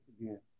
again